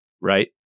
right